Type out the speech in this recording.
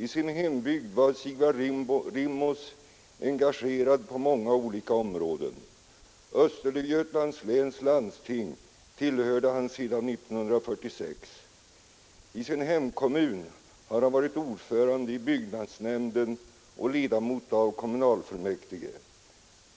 I sin hembygd var Sigvard Rimås engagerad på många olika områden. Östergötlands läns landsting tillhörde han sedan 1946. I sin hemkommun har han varit ordförande i byggnadsnämnden och ledamot av kommunalfullmäktige.